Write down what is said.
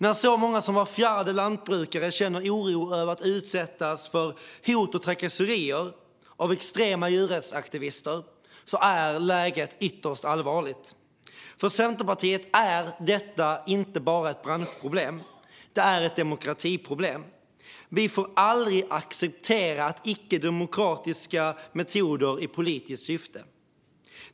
När så många som var fjärde lantbrukare känner oro över att utsättas för hot och trakasserier av extrema djurrättsaktivister är läget ytterst allvarligt. För Centerpartiet är detta inte bara ett branschproblem - det är ett demokratiproblem. Vi får aldrig acceptera icke-demokratiska metoder i politiskt syfte.